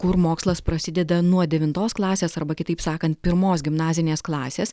kur mokslas prasideda nuo devintos klasės arba kitaip sakant pirmos gimnazinės klasės